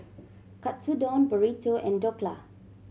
Katsudon Burrito and Dhokla